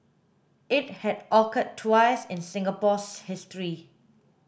it had occurred twice in Singapore's history